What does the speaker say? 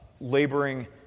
laboring